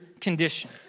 condition